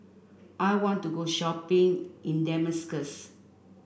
I want to go shopping in Damascus